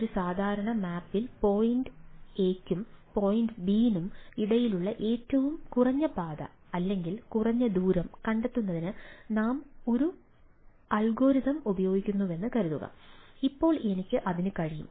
ഒരു സാധാരണ മാപ്പിൽ പോയിന്റ് എയ്ക്കും പോയിന്റ് ബി നും ഇടയിലുള്ള ഏറ്റവും കുറഞ്ഞ പാത അല്ലെങ്കിൽ കുറഞ്ഞ ദൂരം കണ്ടെത്തുന്നതിന് ഞാൻ ഒരു അൽഗോരിതം ഉപയോഗിക്കുന്നുവെന്ന് കരുതുക അപ്പോൾ എനിക്ക് അതിനു കഴിയും